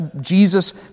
Jesus